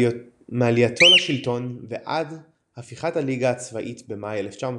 מעלייתו לשלטון ועד הפיכת הליגה הצבאית במאי 1934,